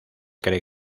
cree